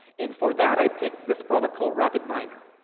and for that, i picked this product called rapid miner.